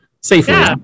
safely